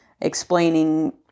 explaining